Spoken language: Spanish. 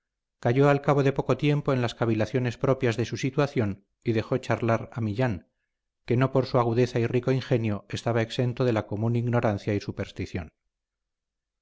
atención cayó al cabo de poco tiempo en las cavilaciones propias de su situación y dejó charlar a millán que no por su agudeza y rico ingenio estaba exento de la común ignorancia y superstición